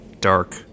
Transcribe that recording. dark